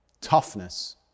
toughness